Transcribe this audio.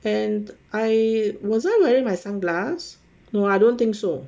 and I wasn't wearing my sunglass no I don't think so